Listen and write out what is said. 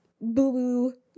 boo-boo